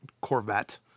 corvette